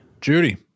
Judy